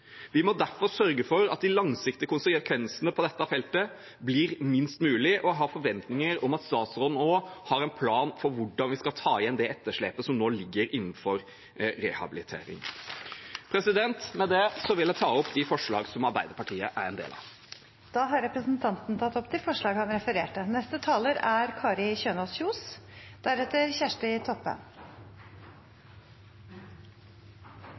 Vi må derfor sørge for at de langsiktige konsekvensene på dette feltet blir minst mulig, og jeg har forventninger om at statsråden også har en plan for hvordan vi skal ta igjen det etterslepet som nå ligger innenfor rehabilitering. Med det vil jeg ta opp de forslag som Arbeiderpartiet er en del av. Da har representanten Tellef Inge Mørland tatt opp de forslagene han refererte til. Det er